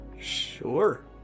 Sure